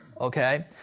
Okay